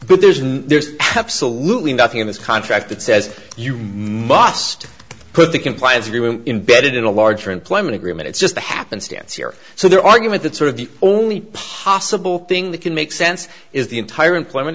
but there's no there's absolutely nothing in this contract that says you must put the compliance room embedded in a larger employment agreement it's just a happenstance here so their argument that sort of the only possible thing that can make sense is the entire employment